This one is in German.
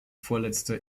vorletzter